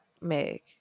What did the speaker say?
Meg